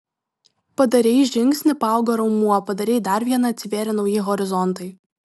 padarei žingsnį paaugo raumuo padarei dar vieną atsivėrė nauji horizontai